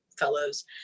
fellows